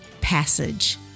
passage